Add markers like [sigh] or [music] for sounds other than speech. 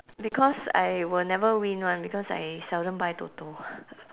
because I will never win [one] because I seldom buy toto [laughs]